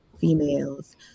females